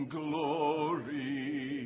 glory